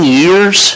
years